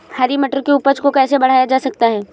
हरी मटर की उपज को कैसे बढ़ाया जा सकता है?